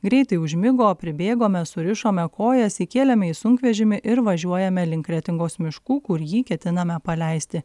greitai užmigo pribėgome surišome kojas įkėlėme į sunkvežimį ir važiuojame link kretingos miškų kur jį ketiname paleisti